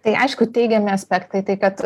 tai aišku teigiami aspektai tai kad